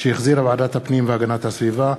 שהחזירה ועדת הפנים והגנת הסביבה,